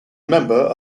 member